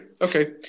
Okay